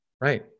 Right